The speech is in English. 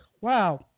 wow